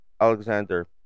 Alexander